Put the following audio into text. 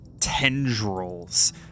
tendrils